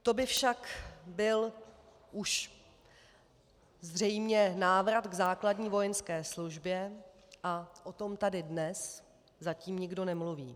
To by však byl už zřejmě návrat k základní vojenské službě a o tom tady dnes zatím nikdo nemluví.